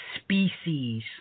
species